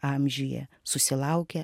amžiuje susilaukė